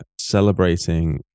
celebrating